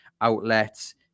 outlets